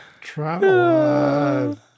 Travel